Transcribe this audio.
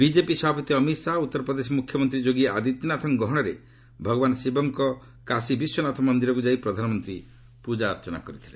BJP ସଭାପତି ଅମିତ ଶାହା ଓ ଉତ୍ତରପ୍ରଦେଶ ମୁଖ୍ୟମନ୍ତ୍ରୀ ଯୋଗୀ ଆଦିତ୍ୟନାଥଙ୍କ ଗହଶରେ ଭଗବାନ ଶିବଙ୍କର କାଶି ବିଶ୍ୱନାଥ ମନ୍ଦିରକୁ ଯାଇ ପ୍ରଧାନମନ୍ତ୍ରୀ ପୂଜାର୍ଚ୍ଚନା କରିଥିଲେ